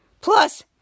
Plus